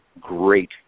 great